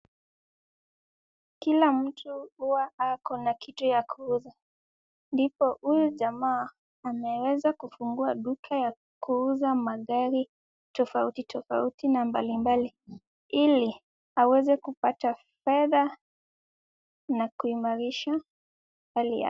Kila mtu huwa ako na kitu ya kuuza, ndipo huyu jamaa ameweza kufungua duka ya kuuza magari tofauti tofauti na mbalimbali, ili aweze kupata pesa na kuimarisha hali yake.